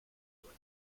doing